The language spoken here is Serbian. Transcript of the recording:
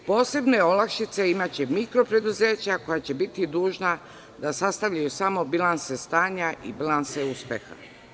Posebne olakšice imaće mikro preduzeća koja će biti dužna da sastavljaju samo bilanse stanja i bilanse uspeha.